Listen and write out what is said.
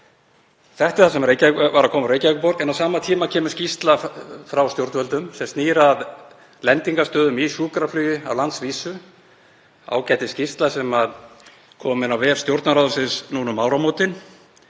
Þetta er það sem var að koma frá Reykjavíkurborg en á sama tíma kemur skýrsla frá stjórnvöldum sem snýr að lendingarstöðum í sjúkraflugi á landsvísu, ágætisskýrsla sem kom inn á vef Stjórnarráðsins núna um áramótin.